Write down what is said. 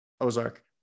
Ozark